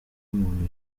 muntu